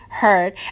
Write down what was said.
heard